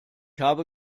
habe